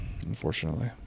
unfortunately